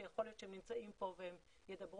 שיכול להיות שהם נמצאים פה והם ידברו,